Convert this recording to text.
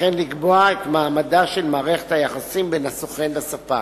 וכן לקבוע את מעמדה של מערכת היחסים בין הסוכן לספק.